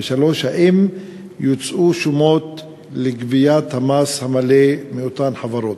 3. האם יוצאו שומות לגביית המס המלא מאותן חברות?